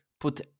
put